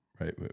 right